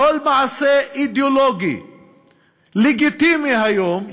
כל מעשה אידיאולוגי לגיטימי היום,